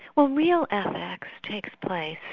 well, real ethics takes place,